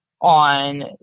on